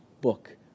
book